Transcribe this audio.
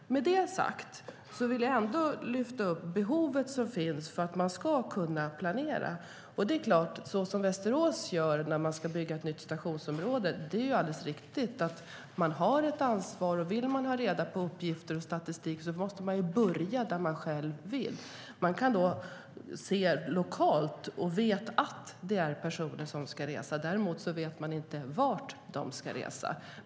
Med det sagt vill jag lyfta upp det behov som finns av att kunna planera. Det är alldeles riktigt att man har ett ansvar när det ska byggas ett nytt stationsområde i Västerås. Vill man ha reda på uppgifter och statistik måste man börja där man själv vill. Det kan man se lokalt, där man vet att personer ska resa. Däremot vet man inte vart de ska resa.